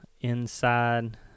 inside